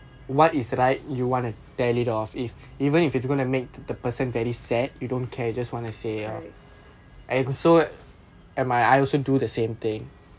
correct